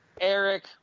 Eric